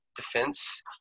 defense